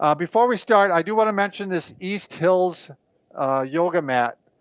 um before we start, i do wanna mention this east hills yoga mat.